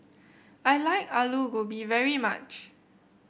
I like Alu Gobi very much